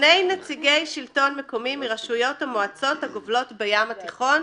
שני נציגי שלטון מקומי מרשויות המועצות הגובלות בים התיכון,